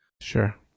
Sure